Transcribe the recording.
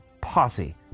posse